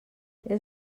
era